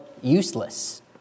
useless